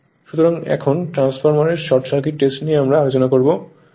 সুতরাং এখন ট্রান্সফরমারের শর্ট সার্কিট টেস্ট নিয়ে আমরা আলোচনা করব